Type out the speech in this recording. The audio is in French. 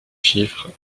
chiffres